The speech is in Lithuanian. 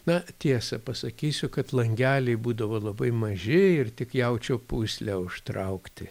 na tiesą pasakysiu kad langeliai būdavo labai maži ir tik jaučio pūsle užtraukti